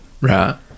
Right